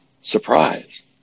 surprise